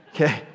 okay